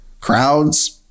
crowds